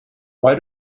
why